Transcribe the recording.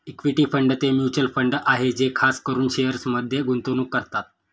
equity fund ते mutual fund आहे जे खास करून शेअर्समध्ये गुंतवणूक करतात